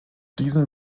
diesen